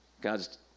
God's